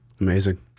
Amazing